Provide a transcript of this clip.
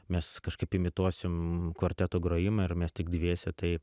mes kažkaip imituosim kvarteto grojimą ir mes tik dviese tai